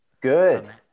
Good